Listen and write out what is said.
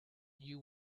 you